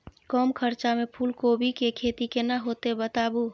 कम खर्चा में फूलकोबी के खेती केना होते बताबू?